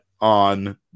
on